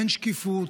אין שקיפות,